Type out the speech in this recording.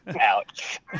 Ouch